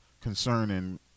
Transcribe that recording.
concerning